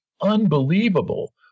unbelievable